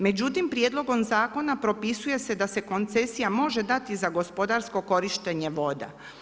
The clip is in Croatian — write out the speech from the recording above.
Međutim, prijedlogom zakona propisuje se da se koncesija može dati za gospodarsko korištenje voda.